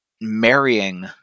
marrying